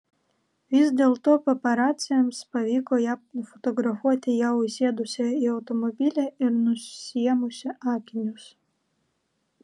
vis dėlto paparaciams pavyko ją nufotografuoti jau įsėdusią į automobilį ir nusiėmusią akinius